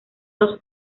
dos